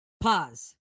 Pause